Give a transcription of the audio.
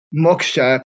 Moksha